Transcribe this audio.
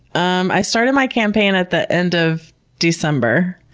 um i started my campaign at the end of december.